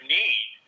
need